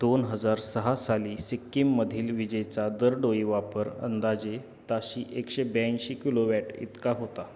दोन हजार सहा साली सिक्कीममधील विजेचा दरडोई वापर अंदाजे ताशी एकशे ब्याऐंशी किलोवॅट इतका होता